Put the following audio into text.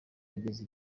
yageze